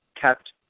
kept